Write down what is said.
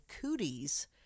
Cooties